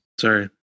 sorry